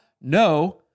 No